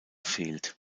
fehlt